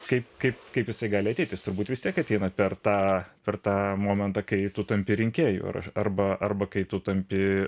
kaip kaip kaip jisai gali ateit jis turbūt vis tiek ateina per tą per tą momentą kai tu tampi rinkėju ar aš arba arba kai tu tampi